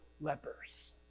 lepers